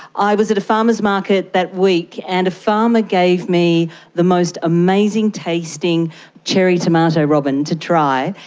i was at a farmers' market that week and a farmer gave me the most amazing tasting cherry tomato, robyn, to try,